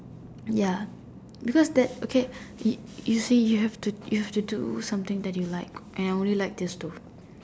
ya because that okay you you see you have you have to do something that you like and I only like this two